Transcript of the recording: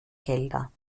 gelder